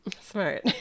smart